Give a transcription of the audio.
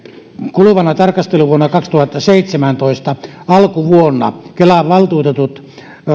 kuluvana tarkasteluvuonna kaksituhattaseitsemäntoista alkuvuodesta kelan valtuutetut